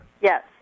Yes